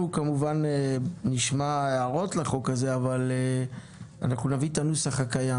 אנחנו כמובן נשמע הערות להצעת החוק הזאת אבל נביא את הנוסח המוצע,